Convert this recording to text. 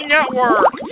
Network